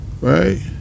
Right